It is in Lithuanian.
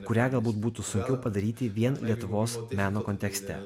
kurią galbūt būtų sunkiau padaryti vien lietuvos meno kontekste